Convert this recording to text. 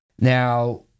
Now